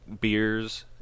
beers